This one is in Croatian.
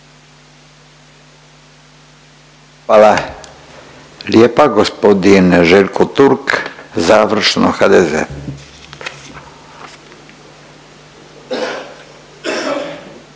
Hvala lijepa. Gospodin Željko Turk, završno HDZ.